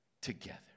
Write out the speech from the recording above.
together